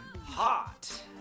hot